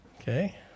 Okay